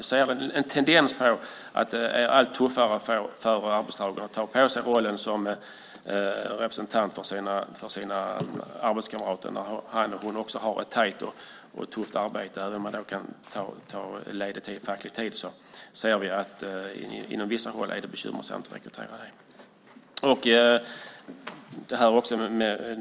Vi ser en tendens där det blir allt tuffare för arbetstagaren att ta på sig rollen som representant för sina arbetskamrater när han eller hon har ett tajt och tufft arbete. Även om man kan ta ledigt för fackliga uppdrag ser vi att det är bekymmersamt på vissa håll att rekrytera fackliga skyddsombud.